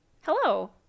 Hello